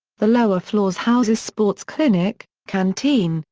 the lower floors house a sports clinic, canteen,